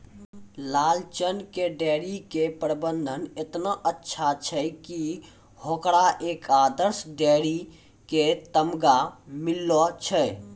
लालचन के डेयरी के प्रबंधन एतना अच्छा छै कि होकरा एक आदर्श डेयरी के तमगा मिललो छै